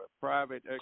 private